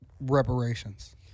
Reparations